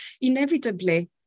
inevitably